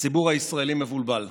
הציבור הישראלי מבולבל.